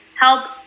help